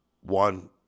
one